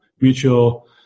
mutual